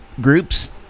groups